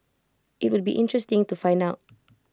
IT would be interesting to find out